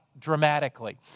dramatically